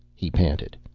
he panted.